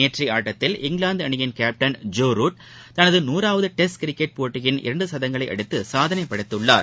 நேற்றையஆட்டத்தில் இங்கிலாந்துஅணியின் captain Joe Root தனது நுறாவதுடெஸ்ட் கிரிக்கெட் போட்டியில் இரண்டுசதங்களைஅடித்துசாதனைபடைத்துள்ளார்